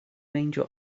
meindio